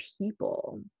people